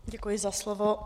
Děkuji za slovo.